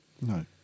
No